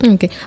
Okay